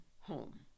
home